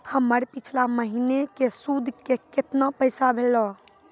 हमर पिछला महीने के सुध के केतना पैसा भेलौ?